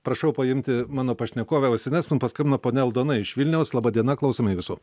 prašau paimti mano pašnekovę ausines man paskambino ponia aldona iš vilniaus laba diena klausome jūsų